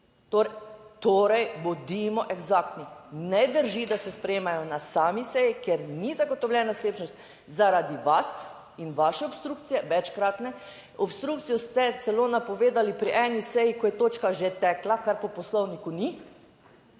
torej, bodimo eksaktni. Ne drži, da se sprejemajo na sami seji, kjer ni zagotovljena sklepčnost zaradi vas in vaše obstrukcije, večkratne. Obstrukcijo ste celo napovedali pri eni seji, ko je točka že tekla, kar po Poslovniku ni,